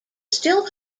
still